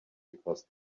because